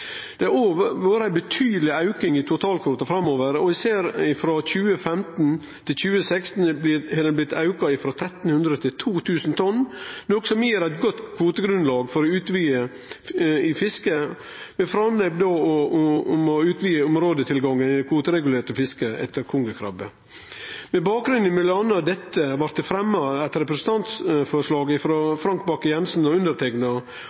Det har òg vore ein betydeleg auke i totalkvoten, og vi ser at frå 2015 til 2016 har han blitt auka frå 1 300 til 2 000 tonn, noko som gir eit godt kvotegrunnlag for utvida fiske med framlegg om å utvide områdetilgangen i det kvoteregulerte fisket etter kongekrabbe. Med bakgrunn i m.a. dette blei det fremja eit representantforslag